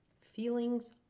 Feelings